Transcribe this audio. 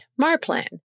Marplan